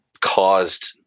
caused